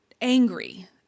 angry